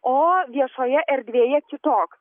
o viešoje erdvėje kitoks